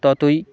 ততই